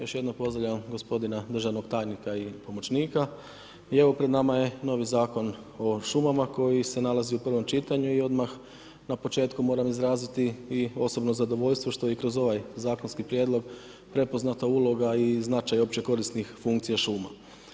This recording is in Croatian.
Još jednom pozdravljam gospodina državnog tajnika i pomoćnika i evo pred nama je novi Zakon o šumama, kji se nalazi u prvom čitanju i odmah na početku moram izraziti i osobno zadovoljstvo, što i kroz ovaj zakonski prijedlog, prepoznata uloga i značaj uopće korisnih funkcija šuma.